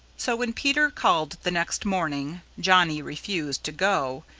so when peter called the next morning johnny refused to go,